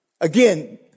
Again